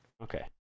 Okay